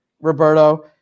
Roberto